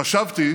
חשבתי